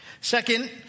Second